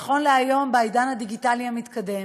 נכון להיום, בעידן הדיגיטלי המתקדם,